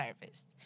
service